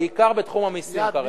שאלה, שאלה, בעיקר בתחום המסים, כרגע.